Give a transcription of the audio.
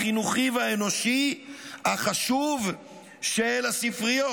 החינוכי והאנושי החשוב של הספריות,